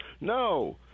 No